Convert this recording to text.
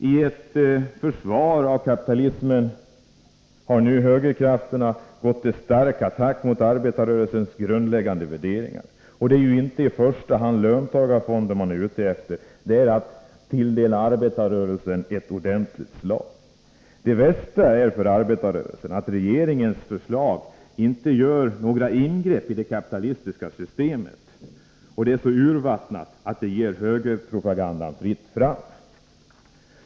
I försvaret av kapitalismen har nu högerkrafterna gått till stark attack mot arbetarrörelsens grundläggande värderingar. Det är inte i första hand löntagarfonderna man bekämpar, utan man är ute efter att tilldela arbetarrörelsen ett ordentligt slag. Det värsta är för arbetarrörelsen att regeringens förslag inte gör några ingrepp i det kapitalistiska systemet. Förslaget är så urvattnat att det ger högerpropagandan fritt fram.